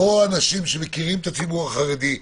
או אנשים שמכירים את הציבור החרדי,